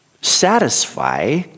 satisfy